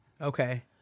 Okay